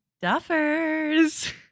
duffers